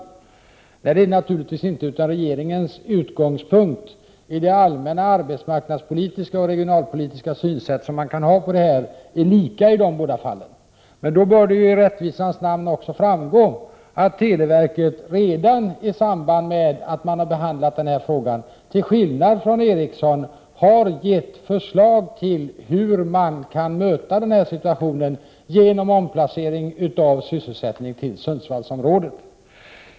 Så är det naturligtvis inte, utan regeringens allmänna arbetsmarknadspolitiska och regionalpolitiska synsätt är lika i båda fallen. Då bör det i rättvisans namn framgå att televerket redan i samband med att frågan behandlades, till skillnad från Ericsson, hade förslag till hur man kan möta situationen genom flyttning av produktion till Sundsvallsområdet.